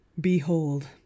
Behold